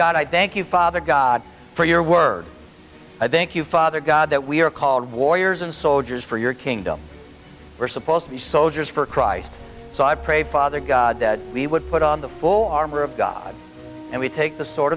god i thank you father god for your words i thank you father god that we are called warriors and soldiers for your kingdom are supposed to be soldiers for christ so i pray father god that we would put on the full armor of god and we take the sort